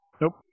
Nope